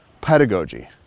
pedagogy